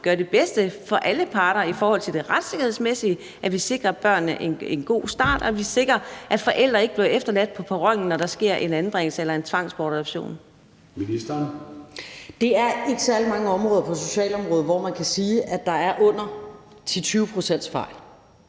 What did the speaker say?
gør det bedste for alle parter i forhold til det retssikkerhedsmæssige, at vi sikrer børnene en god start, og at vi sikrer, at forældre ikke bliver efterladt på perronen, når der sker en anbringelse eller en tvangsbortadoption. Kl. 21:53 Formanden (Søren Gade): Ministeren. Kl. 21:53 Social-